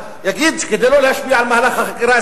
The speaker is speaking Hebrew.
אז יגידו שכדי לא להשפיע על מהלך החקירה,